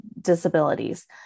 disabilities